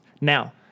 Now